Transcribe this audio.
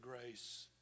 grace